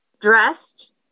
dressed